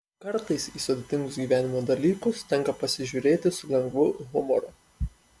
kartais į sudėtingus gyvenimo dalykus tenka pasižiūrėti su lengvu humoru